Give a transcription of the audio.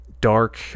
dark